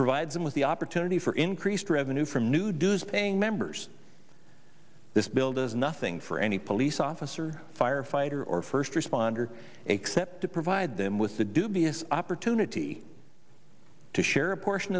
provides them with the opportunity for increased revenue from new dues paying members this bill does nothing for any police officer firefighter or first responder except to provide them with the dubious opportunity to share a portion